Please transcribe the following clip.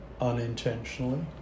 unintentionally